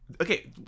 Okay